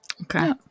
Okay